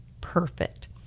Perfect